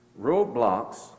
Roadblocks